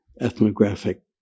ethnographic